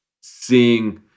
seeing